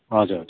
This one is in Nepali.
हजुर हजुर